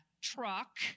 Truck